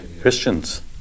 Christians